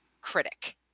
critic